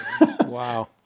Wow